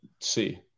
see